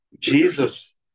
Jesus